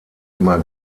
immer